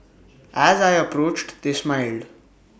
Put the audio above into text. as I approached they smiled